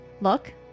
look